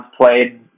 played